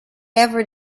ever